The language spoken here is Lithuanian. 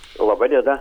laba diena